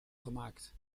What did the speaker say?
gemaakt